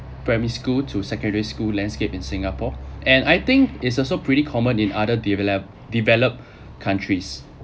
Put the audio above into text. primary school to secondary school landscape in singapore and I think it's also pretty common in other developed developed countries